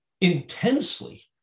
intensely